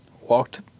walked